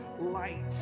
light